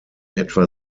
etwa